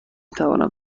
توانم